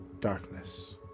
Darkness